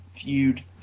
feud